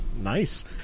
Nice